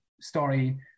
story